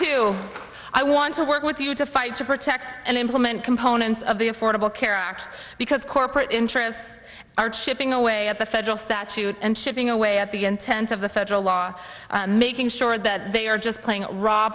you i want to work with you to fight to protect and implement components of the affordable care act because corporate interests are chipping away at the federal statute and chipping away at the intent of the federal law making sure that they are just playing r